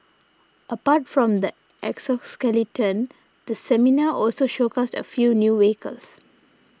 apart from the exoskeleton the seminar also showcased a few new vehicles